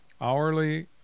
Hourly